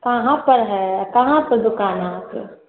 कहाँपर हइ आ कहाँपर दोकान हइ अहाँके